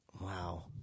Wow